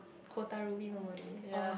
nobody !wah!